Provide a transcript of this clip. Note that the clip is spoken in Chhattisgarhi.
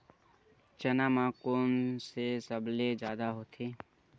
चना म कोन से सबले जादा होथे?